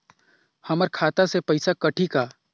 हमर खाता से पइसा कठी का?